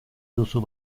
duzu